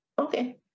okay